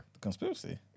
Conspiracy